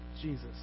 Jesus